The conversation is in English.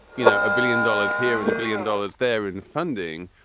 you know, a billion dollars here and a billion dollars there in funding,